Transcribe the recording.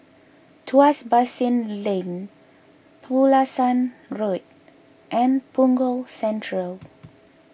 Tuas Basin Lane Pulasan Road and Punggol Central